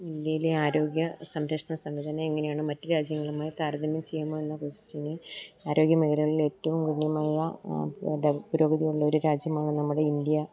ഇന്ത്യയിലെ ആരോഗ്യ സംരക്ഷണ സംവിധാനം എങ്ങനെയാണ് മറ്റു രാജ്യങ്ങളുമായി താരതമ്യം ചെയ്യുമോ എന്ന ക്വസ്റ്റ്യന് ആരോഗ്യ മേഖലകളില് ഏറ്റോം ഗണ്യമായ പുരോഗതി ഉള്ളൊരു രാജ്യമാണ് നമ്മുടെ ഇന്ത്യ